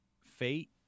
fate